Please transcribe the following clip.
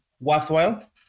worthwhile